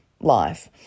life